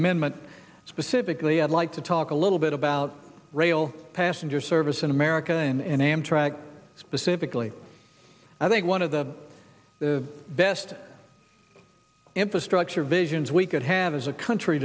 amendment specifically i'd like to talk a little bit about rail passenger service in america and amtrak specifically i think one of the the best infrastructure visions we could have as a country